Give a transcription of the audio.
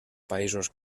països